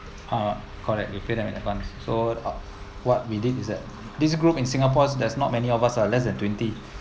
ah correct you fill them in advance so what we did is that this group in singapore there's not many of us ah less than twenty